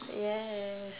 yes